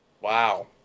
Wow